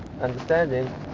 understanding